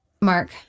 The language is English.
Mark